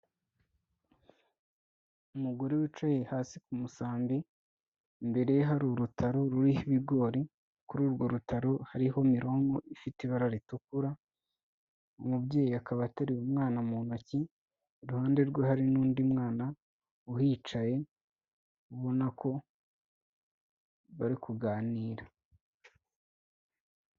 Umugore wicaye hasi ku musambi, imbere hari urutaro ruriho ibigori, kuri urwo rutaro hariho mironko ifite ibara ritukura, umubyeyi akaba ateruye umwana mu ntoki, iruhande rwe hari n'undi mwana uhicaye, ubona ko bari kuganira.